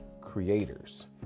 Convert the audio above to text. creators